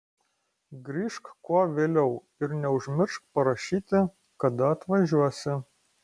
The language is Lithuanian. grįžk kuo vėliau ir neužmiršk parašyti kada atvažiuosi